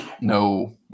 No